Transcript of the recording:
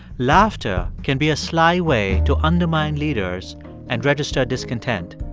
laughter can be a sly way to undermine leaders and register discontent.